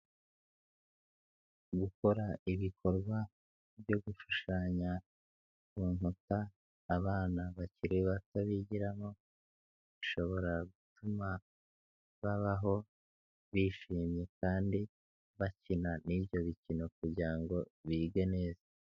Gukora ibikorwa byo gushushanya ku nkuta abana bakiri bato bigiramo bishobora gutuma babaho bishimye kandi bakina n'ibyo bikino kugira ngo bige neza.